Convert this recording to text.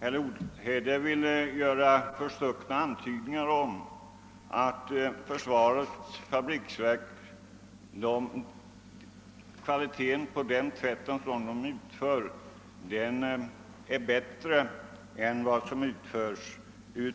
Herr talman! Herr Olhede gjorde förstuckna antydningar om att kvaliteten på den tvätt försvarets fabriksverk utför är bättre än kvaliteten på den tvätt som utförs